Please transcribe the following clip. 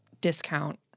discount